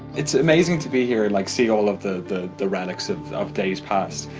it's amazing to be here and like see all of the the relics of of days passed.